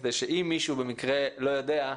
כדי שאם מישהו במקרה לא יודע,